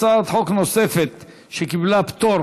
הצעת חוק נוספת, שקיבלה פטור